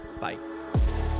Bye